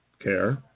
care